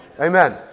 Amen